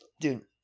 dude